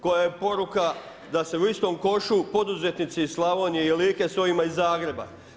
Koja je poruka da su istom košu poduzetnici iz Slavonije i Like s ovima iz Zagreba?